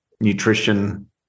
nutrition